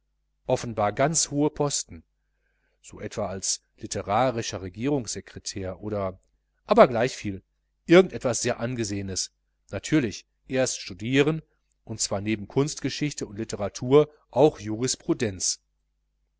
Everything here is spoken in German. offenbar ganz hohe posten so etwa als litterarischer regierungssekretär oder aber gleichviel irgend etwas sehr angesehenes natürlich erst studieren und zwar neben kunstgeschichte und litteratur auch